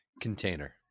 Container